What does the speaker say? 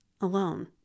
alone